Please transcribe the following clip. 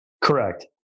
Correct